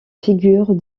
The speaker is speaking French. figure